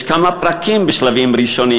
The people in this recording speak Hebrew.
יש כמה פרקים בשלבים ראשונים,